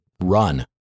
run